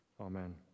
Amen